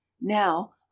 now